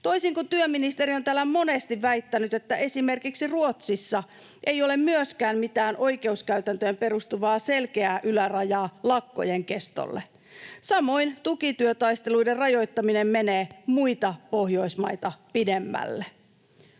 Toisin kuin työministeri on täällä monesti väittänyt, niin esimerkiksi Ruotsissa ei ole myöskään mitään oikeuskäytäntöön perustuvaa selkeää ylärajaa lakkojen kestolle. Samoin tukityötaisteluiden rajoittaminen menee muita Pohjoismaita pidemmälle.